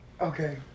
okay